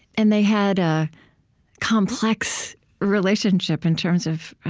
and they had a complex relationship in terms of,